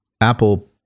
Apple